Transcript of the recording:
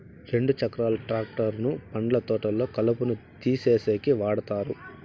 రెండు చక్రాల ట్రాక్టర్ ను పండ్ల తోటల్లో కలుపును తీసేసేకి వాడతారు